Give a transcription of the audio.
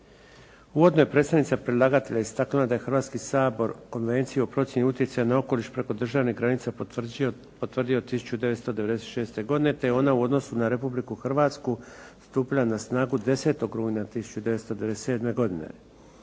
uvodu je predstavnica predlagatelja istaknula da je Hrvatski sabor Konvenciju o procjeni utjecaja na okoliš preko državne granice potvrdio 1996. godine, te je ona u odnosu na Republiku Hrvatsku stupila na snagu 10. rujna 1997. godine.